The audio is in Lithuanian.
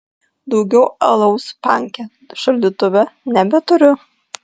daugiau alaus panke šaldytuve nebeturiu